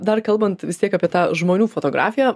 dar kalbant vis tiek apie tą žmonių fotografiją